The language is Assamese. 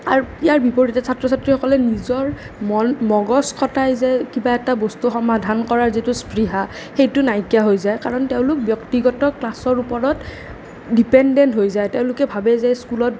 আৰু ইয়াৰ বিপৰীতে ছাত্ৰ ছাত্ৰীসকলে নিজৰ মন মগজ খটাই যে কিবা এটা বস্তু সমাধান কৰাৰ যিটো স্পৃহা সেইটো নাইকিয়া হৈ যায় কাৰণ তেওঁলোক ব্যক্তিগত ক্লাছৰ ওপৰত ডিপেণ্ডেণ্ট হৈ যায় তেওঁলোকে ভাৱে যে স্কুলত